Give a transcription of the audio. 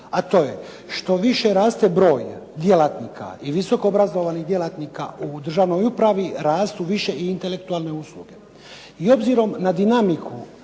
a to je što više raste broj djelatnika i visoko obrazovanih djelatnika u državnoj upravi, rastu više i intelektualne usluge. I obzirom na dinamiku